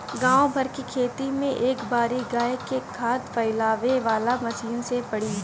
गाँव भर के खेत में ए बारी गाय के खाद फइलावे वाला मशीन से पड़ी